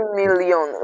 million